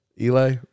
Eli